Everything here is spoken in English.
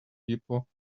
people